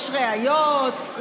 יש ראיות,